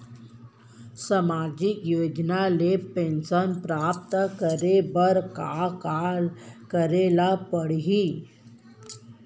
सामाजिक योजना ले पेंशन प्राप्त करे बर का का करे ल पड़ही?